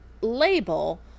label